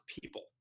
people